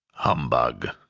humbug!